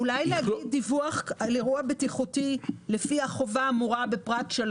אולי לומר "דיווח על אירוע בטיחותי לפי החובה האמורה בפרט 3"